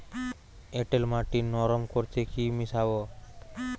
এঁটেল মাটি নরম করতে কি মিশাব?